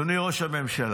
אדוני ראש הממשלה,